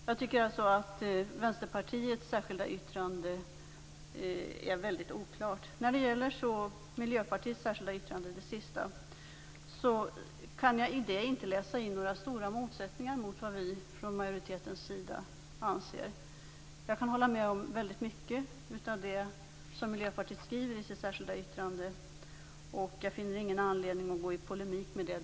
Jag tycker att Vänsterpartiets särskilda yttrande är väldigt oklart. När det gäller Miljöpartiets särskilda yttrande - det sista - kan jag inte i det läsa in några stora motsättningar till vad vi från majoritetens sida anser. Jag kan hålla med om väldigt mycket av det som Miljöpartiet skriver i sitt särskilda yttrande. Jag finner inte någon anledning att gå i polemik med det.